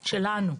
שלנו.